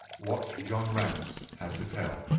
what john rance had to tell.